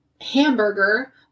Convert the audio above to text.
hamburger